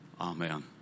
Amen